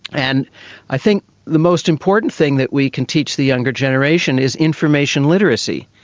and i think the most important thing that we can teach the younger generation is information literacy,